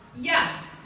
Yes